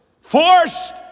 forced